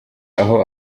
aho